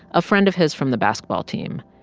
a friend of his from the basketball team.